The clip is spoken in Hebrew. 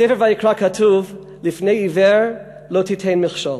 בספר ויקרא כתוב "לפני עִור לא תִתן מכשול".